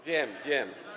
Wiem, wiem.